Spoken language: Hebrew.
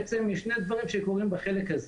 בעצם יש שני דברים שקורים בחלק הזה.